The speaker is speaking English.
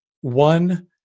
one